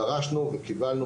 דרשנו וקיבלנו,